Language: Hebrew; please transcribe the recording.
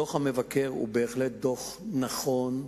דוח המבקר הוא בהחלט דוח נכון,